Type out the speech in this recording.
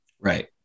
right